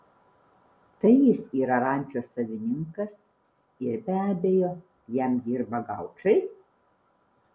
tai jis yra rančos savininkas ir be abejo jam dirba gaučai